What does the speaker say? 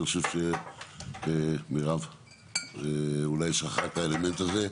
כי אני חושב שמירב אולי שכחה את האלמנט הזה,